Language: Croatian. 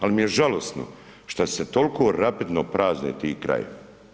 Ali mi je žalosno što se toliko rapidno prazne ti krajevi.